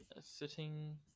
sitting